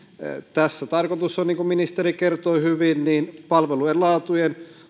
tässä tarkoitus on niin kuin ministeri kertoi hyvin hyvin palvelujen laadun